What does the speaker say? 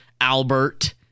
Albert